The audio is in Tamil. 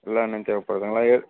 எல்லா எண்ணெயும் தேவைப்படுதுங்களா எது